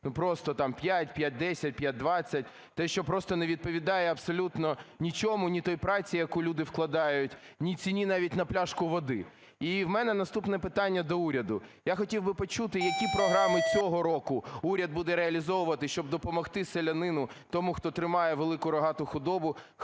просто там 5, 5.10, 5.20 – те, що просто не відповідає абсолютно нічому: ні тій праці, яку люди вкладають, ні ціні навіть на пляшку води. І в мене наступне питання до уряду. Я хотів би почути, які програми цього року уряд буде реалізовувати, щоб допомогти селянину - тому, хто тримає велику рогату худобу, хто